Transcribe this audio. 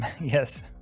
Yes